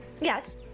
Yes